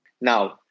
Now